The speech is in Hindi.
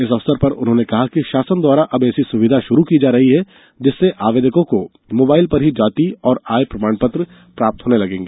इस अवसर पर उन्होंने कहा कि शासन द्वारा अब ऐसी सुविधा आरंभ की जा रही है जिससे आवेदकों को मोबाइल पर ही जाति और आय प्रमाणपत्र प्राप्त होने लगेंगे